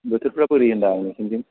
बोथोरफ्रा बोरै होन्दों आं नोंसिनिथिं